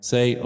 Say